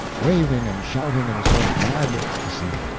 waving and shouting in a sort of mad ecstasy.